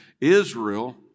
Israel